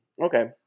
okay